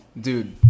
dude